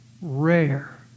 rare